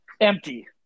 empty